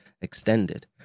extended